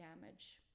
damage